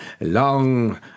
long